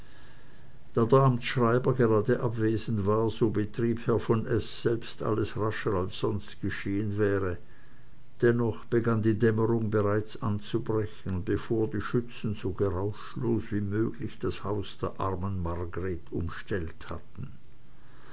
der amtsschreiber gerade abwesend war so betrieb herr von s selbst alles rascher als sonst geschehen wäre dennoch begann die dämmerung bereits anzubrechen bevor die schützen so geräuschlos wie möglich das haus der armen margreth umstellt hatten